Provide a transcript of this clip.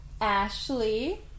Ashley